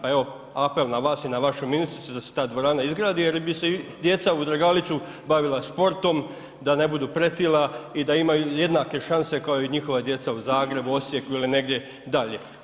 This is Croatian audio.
Pa evo apel na vas i vašu ministricu da se ta dvorana izgradi jer bi se i djeca u Dragaliću bavila sportom, da ne budu pretila i da imaju jednake šanse kao i njihova djeca u Zagrebu, Osijeku ili negdje dalje.